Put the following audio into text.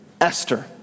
Esther